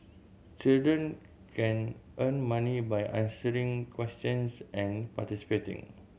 children can earn money by answering questions and participating